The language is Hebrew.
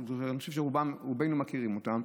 אני חושב שרובנו מכירים אותם,